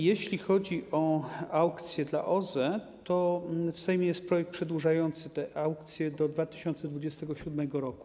Jeśli chodzi o aukcje dla OZE, to w Sejmie jest projekt przedłużający te aukcje do 2027 r.